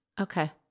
Okay